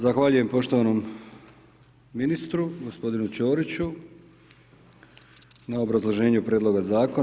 Zahvaljujem poštovanom ministru, gospodinu Ćoriću na obrazloženju prijedloga zakona.